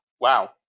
wow